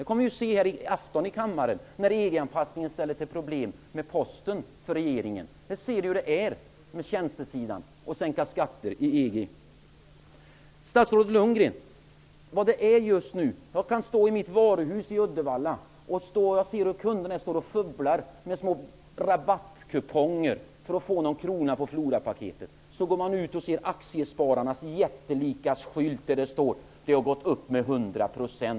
Vi kommer också här i afton att få höra hur EG-anpassningen ställer till problem för regeringen vad gäller Posten. Vi kan på den punkten se hur svårt det är att i EG sänka skatter på tjänsteområdet. Statsrådet Lundgren! Jag kan hemma i varuhuset i Uddevalla se hur kunderna står och fumlar med små rabattkuponger för att få någon krona i rabatt på Florapaketet. När jag går ut därifrån kan jag se aktiespararnas jättelika skylt med uppgift om att aktierna det här året har gått upp med 100 %.